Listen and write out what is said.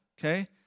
okay